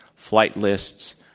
flight lists,